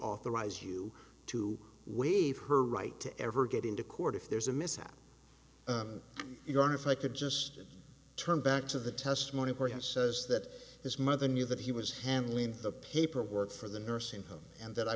authorize you to waive her right to ever get into court if there's a mishap you know if i could just turn back to the testimony where he says that his mother knew that he was handling the paperwork for the nursing home and that i